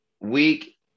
Week